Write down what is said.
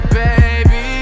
baby